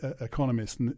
economist